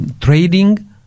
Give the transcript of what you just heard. trading